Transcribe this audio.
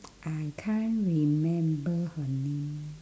I can't remember her name